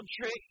trick